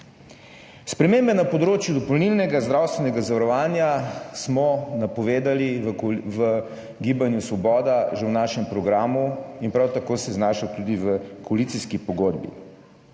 Spremembe na področju dopolnilnega zdravstvenega zavarovanja smo napovedali v Gibanju Svoboda že v našem programu in prav tako se je znašel tudi v koalicijski pogodbi.